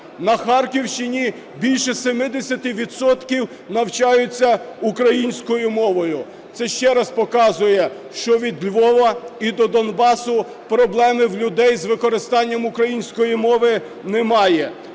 На Харківщині більше 70 відсотків навчаються українською мовою. Це ще раз показує, що від Львова і до Донбасу проблеми в людей з використанням української мови немає.